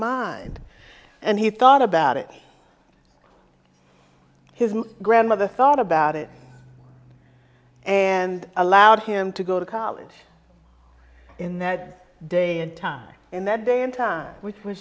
mind and he thought about it his grandmother thought about it and allowed him to go to college in that day and time in that day in time w